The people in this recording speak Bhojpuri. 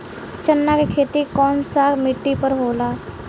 चन्ना के खेती कौन सा मिट्टी पर होला?